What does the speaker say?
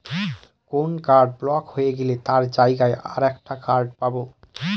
কোন card block হয়ে গেলে তার জায়গায় আর একটা কার্ড পাবো